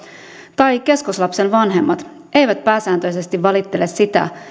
tai keskoslapsen vanhemmat eivät pääsääntöisesti valittele sitä